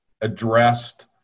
addressed